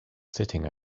sitting